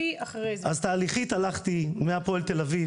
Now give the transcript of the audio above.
תהליכית הלכתי מהפועל תל אביב,